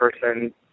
person